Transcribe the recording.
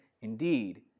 indeed